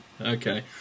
Okay